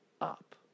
up